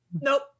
Nope